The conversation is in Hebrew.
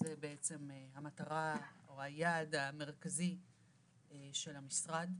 זו המטרה או היעד המרכזי של המשרד.